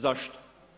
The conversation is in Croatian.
Zašto?